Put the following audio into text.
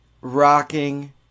rocking